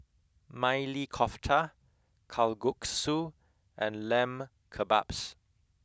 Maili Kofta Kalguksu and Lamb Kebabs